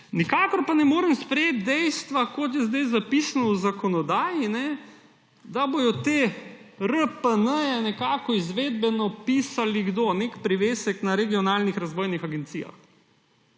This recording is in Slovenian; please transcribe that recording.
Nikakor pa ne morem sprejeti dejstva, kot je zdaj zapisano v zakonodaji, da bodo te RPN-je izvedbeno pisali – kdo? Nek privesek na regionalnih razvojnih agencijah.